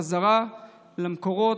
בחזרה למקורות,